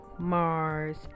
Mars